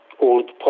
old